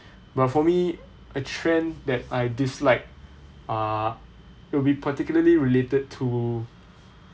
but for me a trend that I dislike uh it'll be particularly related to